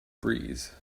breeze